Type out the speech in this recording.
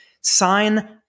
sign